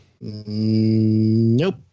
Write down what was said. Nope